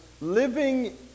living